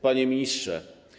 Panie Ministrze!